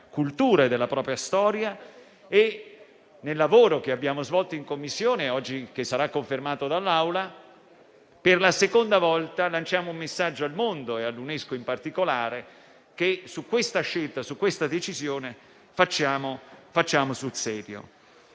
cultura e della propria storia. Nel lavoro che abbiamo svolto in Commissione e che oggi sarà confermato dall'Assemblea per la seconda volta lanciamo un messaggio al mondo e all'UNESCO, in particolare, che su questa scelta e su questa decisione facciamo sul serio.